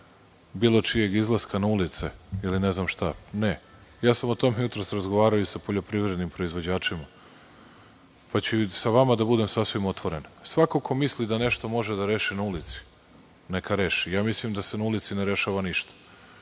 bilo čijeg izlaska na ulice ili ne znam šta, ne, o tome sam jutros razgovarao i sa poljoprivrednim proizvođačima, pa ću i sa vama da budem sasvim otvoren. Svako ko misli da može nešto da reši na ulici, neka reši. Mislim da se na ulici ne rešava ništa.